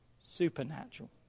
Supernatural